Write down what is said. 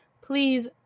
please